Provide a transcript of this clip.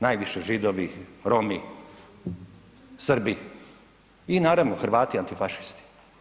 Najviše Židovi, Romi, Srbi i naravno hrvati antifašisti.